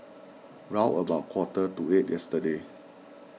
round about quarter to eight yesterday